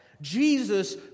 Jesus